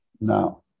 Now